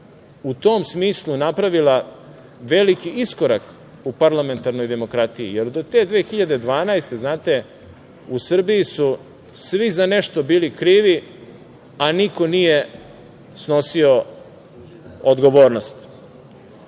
u tom smislu napravili veliki iskorak u parlamentarnoj demokratiji, jer do te 2012. godine, znate, u Srbiji su svi za nešto bili krivi, a niko nije snosio odgovornost. Dame